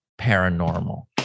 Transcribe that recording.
paranormal